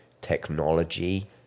technology